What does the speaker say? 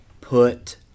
put